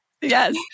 Yes